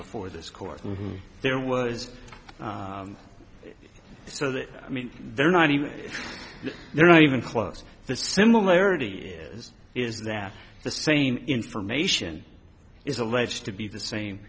before this court and there was so that i mean they're not even they're not even close the similarity is is that the same information is alleged to be the same